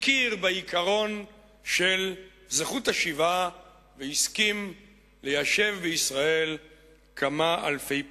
הכיר בעיקרון של זכות השיבה והסכים ליישב בישראל כמה אלפי פליטים.